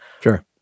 Sure